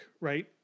Right